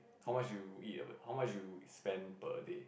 how much you eat how much you spend per day